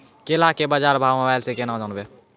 केला के बाजार भाव मोबाइल से के ना जान ब?